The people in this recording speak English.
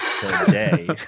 today